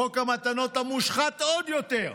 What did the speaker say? חוק המתנות המושחת עוד יותר.